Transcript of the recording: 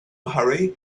hurry